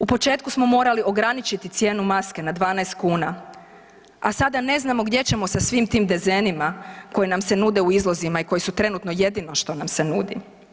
U početku smo morali ograničiti cijenu maske na 12 kuna, a sada ne znamo gdje ćemo sa svim tim dezenima koji nam se nude u izlozima i koji su trenutno jedino što nam se nudi.